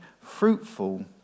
fruitful